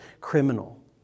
criminal